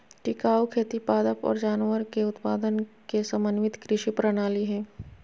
टिकाऊ खेती पादप और जानवर के उत्पादन के समन्वित कृषि प्रणाली हइ